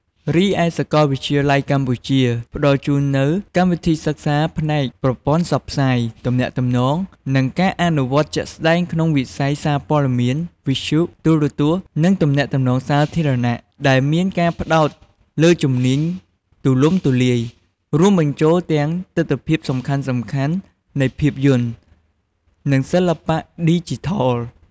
រីឯ សាកលវិទ្យាល័យកម្ពុជា ផ្តល់ជូននូវកម្មវិធីសិក្សាផ្នែក ប្រព័ន្ធផ្សព្វផ្សាយ ទំនាក់ទំនង និងការអនុវត្តជាក់ស្ដែងក្នុងវិស័យសារព័ត៌មាន វិទ្យុ ទូរទស្សន៍ និងទំនាក់ទំនងសាធារណៈ ដែលមានការផ្ដោតលើជំនាញទូលំទូលាយ រួមបញ្ចូលទាំងទិដ្ឋភាពសំខាន់ៗនៃភាពយន្ត និងសិល្បៈឌីជីថល។